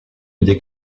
idée